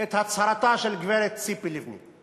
את הצהרתה של גברת ציפי לבני.